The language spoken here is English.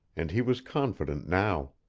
and he was confident now.